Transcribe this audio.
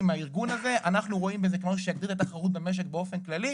מהארגון הזה - אנחנו רואים בזה משהו שיגדיל את התחרות במשק באופן כללי,